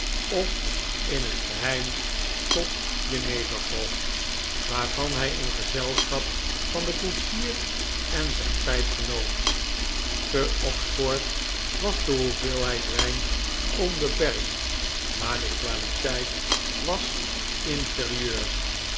of in het geheim tot jenevergrog waarvan hij in gezelschap van den koetsier en zijn pijp genoot te oxford was de hoeveelheid wijn onbeperkt maar de kwaliteit was inferieur